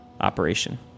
operation